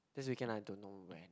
this weekend I don't know when